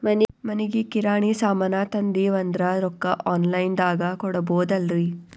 ಮನಿಗಿ ಕಿರಾಣಿ ಸಾಮಾನ ತಂದಿವಂದ್ರ ರೊಕ್ಕ ಆನ್ ಲೈನ್ ದಾಗ ಕೊಡ್ಬೋದಲ್ರಿ?